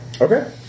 Okay